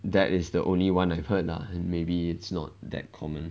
that is the only one I've heard lah maybe it's not that common